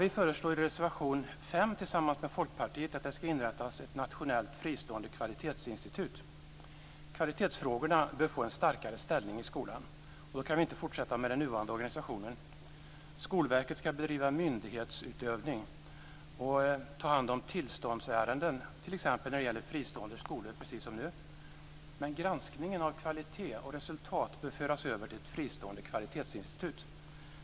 Vi föreslår i reservation 5 tillsammans med Folkpartiet att det ska inrättas ett nationellt fristående kvalitetsinstitut. Kvalitetsfrågorna bör få en starkare ställning i skolan, och då kan vi inte fortsätta med den nuvarande organisationen. Skolverket ska bedriva myndighetsutövning och ta hand om tillståndsärenden, t.ex. när det gäller fristående skolor, precis som nu. Men granskningen av kvalitet och resultat bör föras över till ett fristående kvalitetsinstitut.